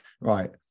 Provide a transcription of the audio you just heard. right